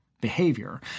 behavior